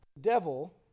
Devil